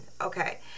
okay